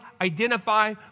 identify